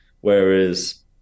Whereas